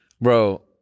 bro